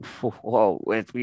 Whoa